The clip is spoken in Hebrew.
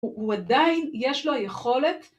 הוא עדיין, יש לו היכולת